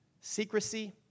secrecy